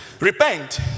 Repent